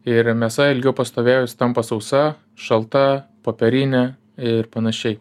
ir mėsa ilgiau pastovėjus tampa sausa šalta popierinė ir panašiai